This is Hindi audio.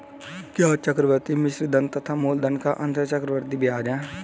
क्या चक्रवर्ती मिश्रधन तथा मूलधन का अंतर चक्रवृद्धि ब्याज है?